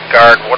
Guard